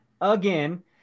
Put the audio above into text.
again